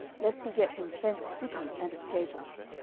lest he get him fenced cities, and escape us.